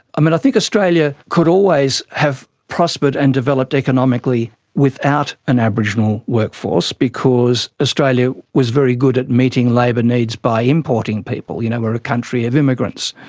um and think australia could always have prospered and developed economically without an aboriginal workforce, because australia was very good at meeting labour needs by importing people you know, we're a country of immigrants.